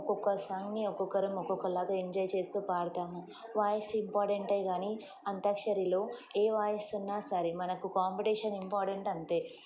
ఒక్కొక్క సాంగ్ని ఒక్కొక్కరు ఒక్కొక్కలాగా ఎంజాయ్ చేస్తూ పాడతాము వాయిస్ ఇంపార్టెంట్ కానీ అంత్యాక్షరిలో ఏ వాయిస్ ఉన్నా సరే మనకు కాంపిటీషన్ ఇంపార్టెంట్ అంతే